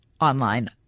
online